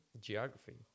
Geography